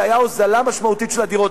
והיתה הוזלה משמעותית של הדירות.